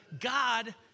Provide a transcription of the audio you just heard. God